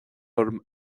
orm